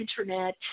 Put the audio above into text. internet